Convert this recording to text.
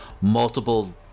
multiple